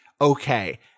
okay